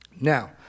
Now